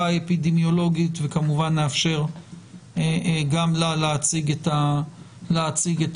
האפידמיולוגית וכמובן נאפשר גם לה להציג את הדברים.